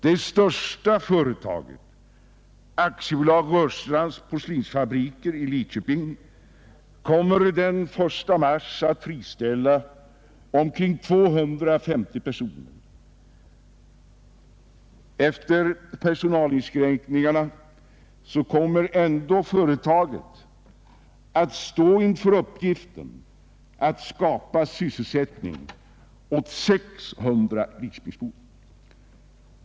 Det största företaget — Aktiebolaget Rörstrands porslinsfabriker i Lidköping — kommer den 1 mars att friställa omkring 250 personer. Efter personalinskränkningarna kommer ändå företaget att stå inför uppgiften att skapa sysselsättning åt 600 Lidköpingsbor.